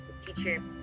teacher